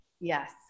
Yes